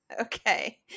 Okay